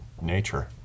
nature